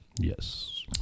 Yes